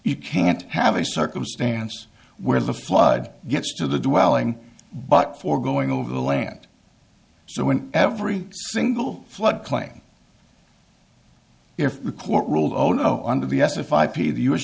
you can't have a circumstance where the flood gets to the dwelling but for going over the land so in every single flood claim if the courts rule on no under vs if i pay the u